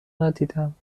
ندیدم